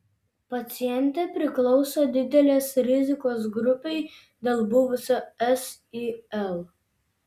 pacientė priklauso didelės rizikos grupei dėl buvusio sil